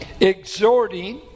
Exhorting